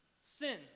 sin